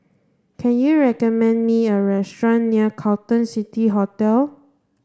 can you recommend me a restaurant near Carlton City Hotel